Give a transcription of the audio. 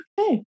okay